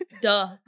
duh